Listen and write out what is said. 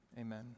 Amen